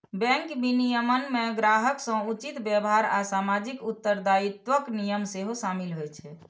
bank विनियमन मे ग्राहक सं उचित व्यवहार आ सामाजिक उत्तरदायित्वक नियम सेहो शामिल होइ छै